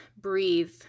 breathe